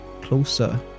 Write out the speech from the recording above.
closer